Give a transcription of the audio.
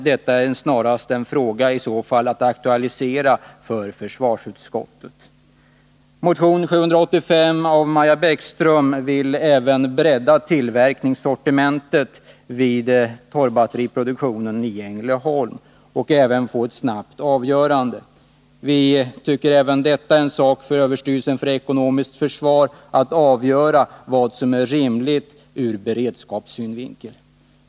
Detta är snarast en fråga som försvarsutskottet kan aktualisera. I motion 785 av Maja Bäckström begärs även att tillverkningssortimentet vid torrbatteriproduktionen i Ängelholm skall breddas och att man skall få ett snabbt avgörande. Vi tycker att även detta är en sak för överstyrelsen för ekonomiskt försvar — att avgöra vad som är rimligt ur beredskapssynvinkel. Herr talman!